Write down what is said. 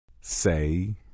Say